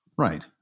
right